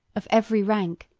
of every rank,